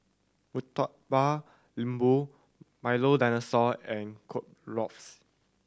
Murtabak Lembu Milo Dinosaur and Kueh Lapis